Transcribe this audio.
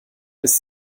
ist